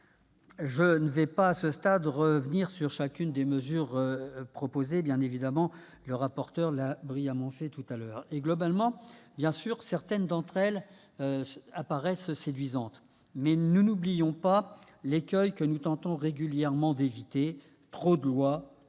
Je ne vais pas, à ce stade, revenir sur chacune des mesures proposées, M. le rapporteur l'ayant brillamment fait précédemment. Globalement, bien sûr, certaines d'entre elles paraissent séduisantes, mais nous n'oublions pas l'écueil que nous tentons régulièrement d'éviter : trop de lois,